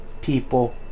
people